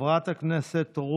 חבר הכנסת סובה,